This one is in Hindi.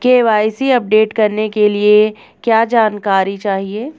के.वाई.सी अपडेट करने के लिए क्या जानकारी चाहिए?